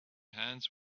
hands